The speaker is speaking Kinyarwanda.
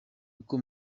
uko